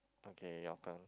okay your turn